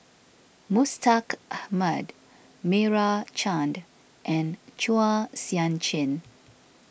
Mustaq Ahmad Meira Chand and Chua Sian Chin